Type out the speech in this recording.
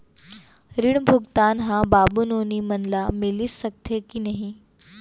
ऋण भुगतान ह बाबू नोनी मन ला मिलिस सकथे की नहीं?